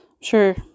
Sure